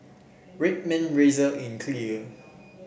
Red Man Razer and Clear